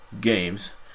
Games